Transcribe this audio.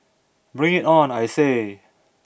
bring it on I say